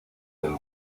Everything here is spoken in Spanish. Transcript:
del